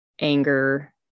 anger